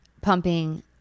pumping